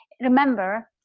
Remember